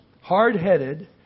Hard-headed